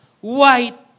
white